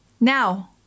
now